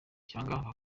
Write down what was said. cyangwa